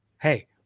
hey